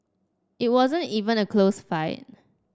it wasn't even a close fight